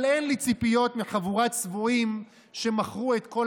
אבל אין לי ציפיות מחבורת צבועים שמכרו את כל